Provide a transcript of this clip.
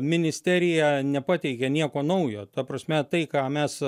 ministerija nepateikė nieko naujo ta prasme tai ką mes